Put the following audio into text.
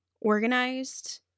organized